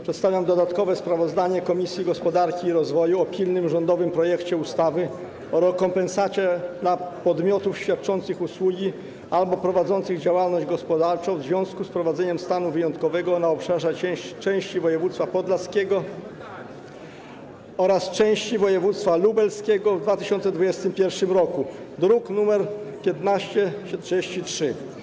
Przedstawiam dodatkowe sprawozdanie Komisji Gospodarki i Rozwoju o pilnym rządowym projekcie ustawy o rekompensacie dla podmiotów świadczących usługi albo prowadzących działalność gospodarczą w związku z wprowadzeniem stanu wyjątkowego na obszarze części województwa podlaskiego oraz części województwa lubelskiego w 2021 r., druk nr 1533.